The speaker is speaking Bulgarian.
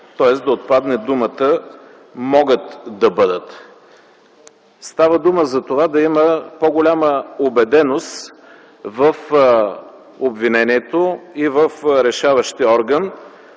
Тоест да отпаднат думите „могат да бъдат” Става дума за това да има по-голяма убеденост в обвинението и в решаващия орган